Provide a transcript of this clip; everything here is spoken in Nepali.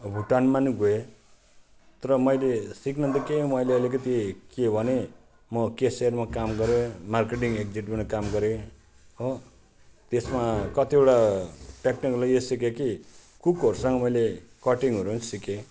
भुटानमा पनि गएँ तर मैले सिक्न त केही मैले अलिकति के भने म केसियरमा काम गरेँ मार्केटिङ एक्जेक्युटिभमा पनि काम गरेँ हो त्यसमा कतिवटा टेक्नोलोजी सिकेँ कि कुकहरूसँग मैले कटिङहरू पनि सिकेँ